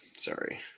Sorry